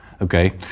Okay